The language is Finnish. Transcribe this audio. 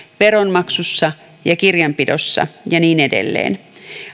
veronmaksussa ja kirjanpidossa ja niin edelleen